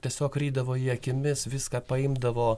tiesiog rydavo jį akimis viską paimdavo